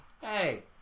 Hey